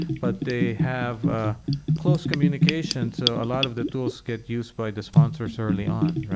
but they have ah close communications. so a lot of the tools get used by the sponsors early on.